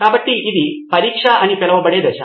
కాబట్టి ఇది పరీక్ష అని పిలువబడే దశ